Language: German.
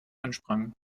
ansprangen